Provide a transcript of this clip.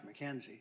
McKenzie